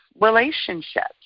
relationships